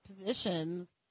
positions